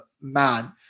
man